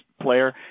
player